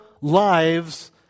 lives